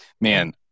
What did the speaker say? man